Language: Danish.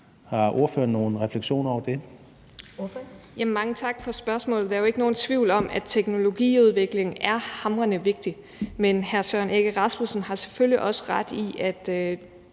Har ordføreren nogen refleksioner over det?